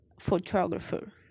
photographer